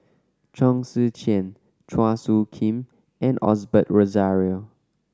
Chong Tze Chien Chua Soo Khim and Osbert Rozario